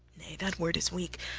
nay, that word is weak,